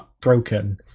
broken